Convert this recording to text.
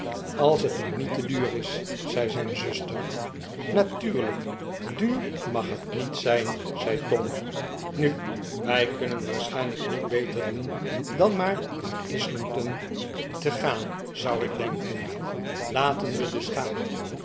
als het maar niet te duur is zei zijn zuster natuurlijk duur mag het niet zijn zei tom nu wij kunnen waarschijnlijk niet beter doen dan maar naar islington te tom en ruth zetten een huishouden op gaan zou ik denken laten we dus gaan